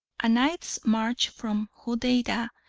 a night's march from hodeidah,